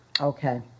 Okay